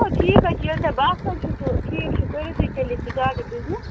ا ٹھیٖک حظ چھُ ییٚلہِ تۄہہِ باسان چھو تہٕ ٹھیٖک چھُ کٔرِو تُہۍ تیٚلہِ یہِ سِٹاٹ بزنِس